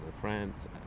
friends